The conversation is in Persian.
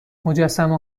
مجسمه